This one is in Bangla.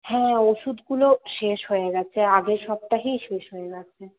হ্যাঁ ওষুধগুলো শেষ হয়ে গেছে আগের সপ্তাহেই শেষ হয়ে গেছে